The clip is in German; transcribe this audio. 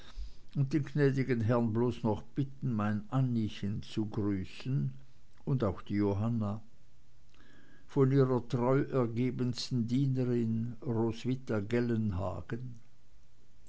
und den gnäd'gen herrn bloß noch bitten mein anniechen zu grüßen und auch die johanna von ihrer treu ergebenen dienerin roswitha gellenhagen